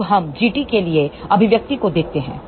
अब हम Gt के लिए अभिव्यक्ति को देखते हैं